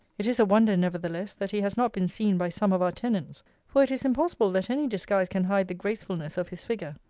it is a wonder, nevertheless, that he has not been seen by some of our tenants for it is impossible that any disguise can hide the gracefulness of his figure.